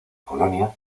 colonia